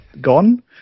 gone